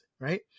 right